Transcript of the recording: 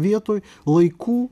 vietoj laikų